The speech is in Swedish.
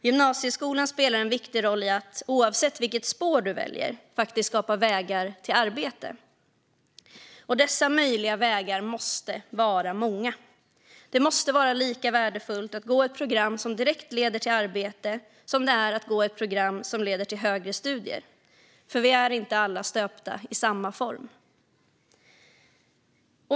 Gymnasieskolan spelar en viktig roll i att oavsett vilket spår eleven väljer faktiskt skapa vägar till arbete, och dessa möjliga vägar måste vara många. Det måste vara minst lika värdefullt att gå ett program som direkt leder till arbete som att gå ett program som leder till högre studier, för vi är alla inte stöpta i samma form.